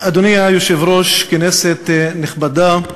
אדוני היושב-ראש, כנסת נכבדה,